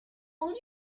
will